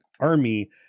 army